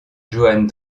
joan